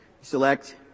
Select